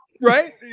Right